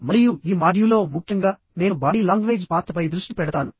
మరియు ఈ మాడ్యూల్లో ముఖ్యంగా నేను బాడీ లాంగ్వేజ్ పాత్రపై దృష్టి పెడతాను